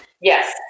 Yes